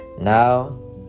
now